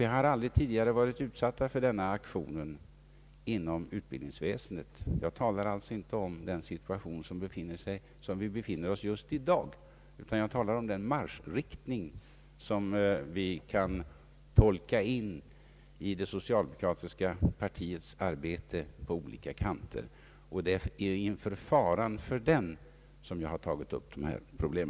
Vi har aldrig tidigare varit utsatta för denna aktion inom utbildningsväsendet. Observera att jag inte talar om den situation vi befinner oss i just i dag, utan jag talar om den marschriktning som vi kan tolka in i det socialdemokratiska partiets arbete på olika kanter. Det är inför den faran som jag har tagit upp dessa problem.